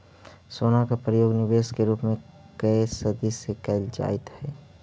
सोना के प्रयोग निवेश के रूप में कए सदी से कईल जाइत हई